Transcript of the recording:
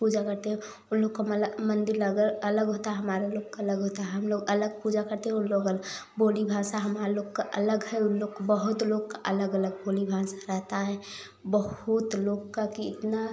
पूजा करते हैं उन लोग का मतलब मंदिर अगर अलग होता है हमारा लोग का अलग होता है हम लोग अलग पूजा करते हैं उन लोग अलग बोली भाषा हमार लोग का अलग है उन लोग का बहुत लोग का अलग अलग बोली भाषा रहता है बहुत लोग का कि इतना